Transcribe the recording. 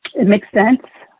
it makes sense.